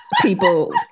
people